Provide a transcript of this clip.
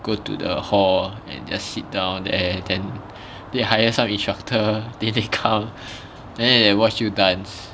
go to the hall and just sit down there then they hire some instructor then they come then they watch you dance